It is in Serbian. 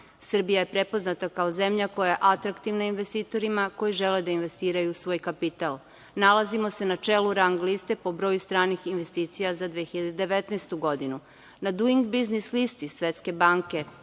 Srbija je prepoznata kao zemlja koja je atraktivna investitorima koji žele da investiraju u svoj kapital. Nalazimo se na čelu rang liste po broju stranih investicija za 2019. godinu. Na Duing biznis listi Svetske banke